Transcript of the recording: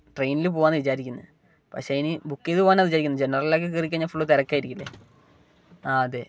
ട്രെയിനിൽ പോവാന്ന് വിചാരിക്കുന്നത് പക്ഷേ അതിന് ബുക്ക് ചെയ്ത് പോവാന്നാണ് വിചാരിക്കുന്നത് ജെനറലിലക്കെ കയറി കഴിഞ്ഞാൽ ഫുള്ള് തിരക്കായിരിക്കില്ലേ ആ അതെ